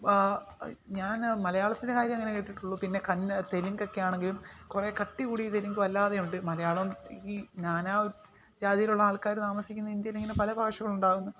ഞാൻ മലയാളത്തിൻ്റെ കാര്യമേ അങ്ങനെ കേട്ടിട്ടുള്ളു പിന്നെ കന്നഡ തെലുങ്കൊക്കെ ആണെങ്കിലും കുറേ കട്ടി കൂടിയ തെലുങ്ക് അല്ലാതെ ഉണ്ട് മലയാളം ഈ നാനാ ജാതിയിലുള്ള ആൾക്കാർ താമസിക്കുന്ന ഇന്ത്യയിലിങ്ങനെ പല ഭാഷകളുണ്ടാകുന്നു